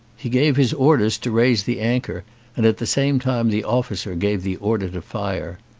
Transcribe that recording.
he gave his orders to raise the anchor and at the same time the officer gave the order to fire.